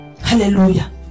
Hallelujah